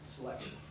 selection